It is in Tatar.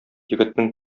егетнең